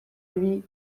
huit